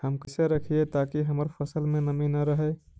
हम कैसे रखिये ताकी हमर फ़सल में नमी न रहै?